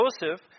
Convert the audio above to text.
Joseph